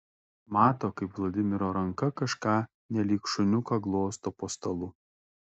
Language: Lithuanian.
mato kaip vladimiro ranka kažką nelyg šuniuką glosto po stalu